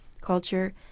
culture